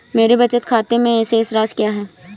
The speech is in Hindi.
मेरे बचत खाते में शेष राशि क्या है?